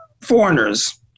foreigners